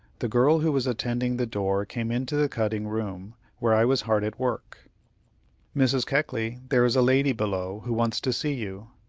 the girl who was attending the door came into the cutting-room, where i was hard at work mrs. keckley, there is a lady below, who wants to see you.